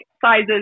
sizes